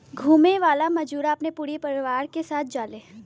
घुमे वाला मजूरा अपने पूरा परिवार के साथ जाले